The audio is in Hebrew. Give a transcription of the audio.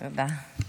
תודה.